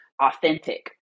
authentic